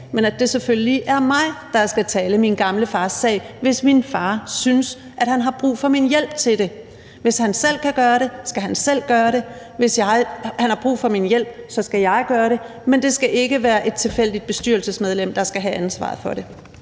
Det er selvfølgelig mig, der skal tale min gamle fars sag, hvis min far synes, at han har brug for min hjælp til det. Hvis han selv kan gøre det, skal han selv gøre det; hvis han har brug for min hjælp, skal jeg gøre det; men det skal ikke være et tilfældigt bestyrelsesmedlem, der skal have ansvaret for det.